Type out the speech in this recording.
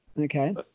Okay